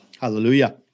Hallelujah